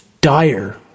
dire